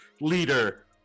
leader